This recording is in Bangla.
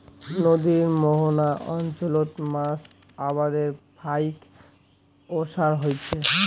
নদীর মোহনা অঞ্চলত মাছ আবাদের ফাইক ওসার হইচে